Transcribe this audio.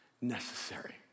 necessary